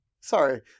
sorry